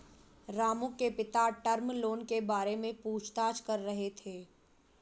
रामू के पिता term loan के बारे में पूछताछ कर रहे थे